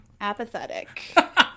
Apathetic